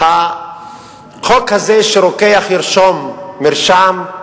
החוק הזה, שרוקח ירשום מרשם,